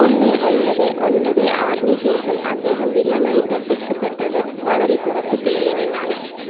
ഒന്ന് ഒൻപത് ഒൻപത് ആറിന് ശേഷം അദ്ദേഹം വില്ലനായി പ്രത്യക്ഷപ്പെട്ടത് വളരെ കുറച്ച് സിനിമകളിലാണ്